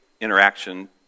interaction